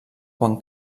quan